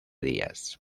días